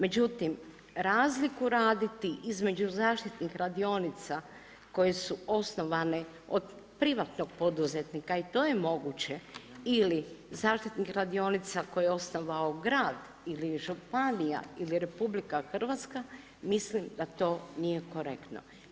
Međutim, razliku raditi između zaštitnih radionica koje su osnovane od privatnog poduzetnika i to je moguće ili zaštitnih radionica koje je osnovao grad, ili županija ili RH, mislim da to nije korektno.